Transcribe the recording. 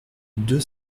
deux